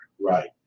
Right